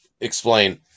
Explain